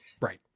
Right